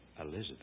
Elizabeth